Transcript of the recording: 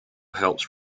helps